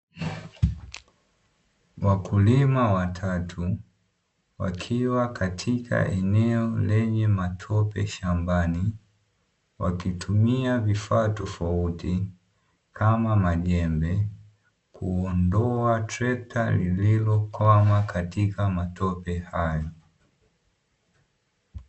Wakulima watatu wakiwa katika eneo lenye matope shambani ,wakitumia vifaa tofauti kama majembe ,kuondoa trekta liliokwama katika matope hayo.